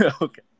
Okay